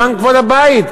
למען כבוד הבית?